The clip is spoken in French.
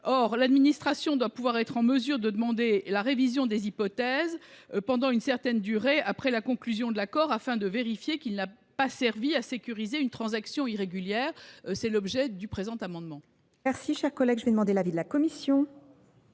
Or l’administration doit être en mesure de demander la révision des hypothèses pendant une certaine durée après la conclusion de l’accord, afin de vérifier qu’il n’a pas servi à sécuriser une transaction irrégulière. Tel est l’objet du présent amendement.